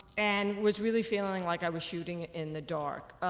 and was really feeling like i was shooting in the dark